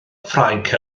ffrainc